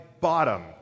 bottom